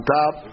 top